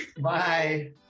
Bye